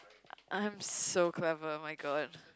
I'm so clever [oh]-my-god